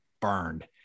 burned